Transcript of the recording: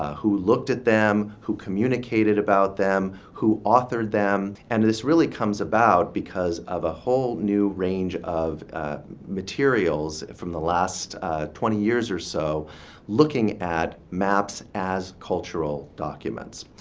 who looked at them, who communicated about them, who authored them. and this really comes about because of a whole new range of materials from the last twenty years or so looking at maps as cultural documents.